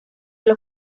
los